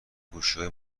گوشیهای